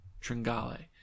Tringale